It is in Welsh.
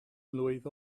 mlwydd